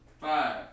five